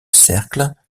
cercle